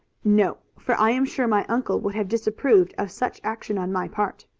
no for i am sure my uncle would have disapproved of such action on my part.